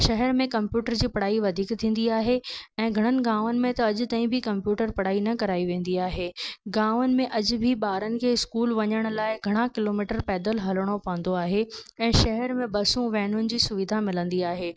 शहर में कम्पयूटर जी पढ़ाई वधीक थींदी आहे ऐं घणनि गावनि में त अॼ ताईं बि कम्पयूटर पढ़ाई न कराई वेंदी आहे गावनि में अॼ बि ॿारनि खे स्कूल वञण लाइ घणा किलोमीटर पैदल हलणो पोंदो आहे ऐं शहर में बसूं वैनुनि जी सुविधा मिलंदी आहे